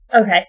Okay